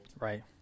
right